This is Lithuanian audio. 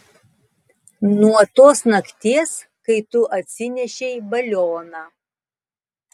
nuo tos nakties kai tu atsinešei balioną